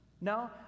No